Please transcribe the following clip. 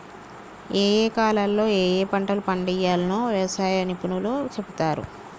ఏయే కాలాల్లో ఏయే పంటలు పండియ్యాల్నో వ్యవసాయ నిపుణులు చెపుతారు